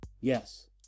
Yes